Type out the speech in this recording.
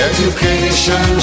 Education